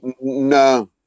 No